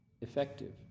effective